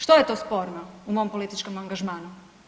Što je to sporno u mom političkom angažmanu?